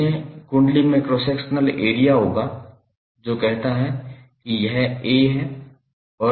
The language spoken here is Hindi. देखें कुंडली में क्रॉस सेक्शनल एरिया होगा जो कहता है कि यह A है और लंबाई l है